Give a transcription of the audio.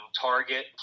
Target